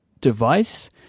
device